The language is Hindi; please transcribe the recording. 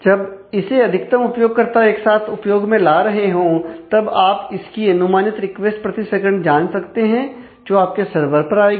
जब इसे अधिकतम उपयोगकर्ता एक साथ उपयोग में ला रहे हो तब आप इसकी अनुमानित रिक्वेस्ट प्रति सेकंड जान सकते हैं जो आपके सर्वर पर आएंगी